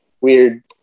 weird